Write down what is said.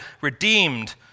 redeemed